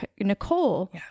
Nicole